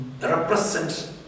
Represent